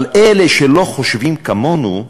אבל אלה שלא חושבים כמונו,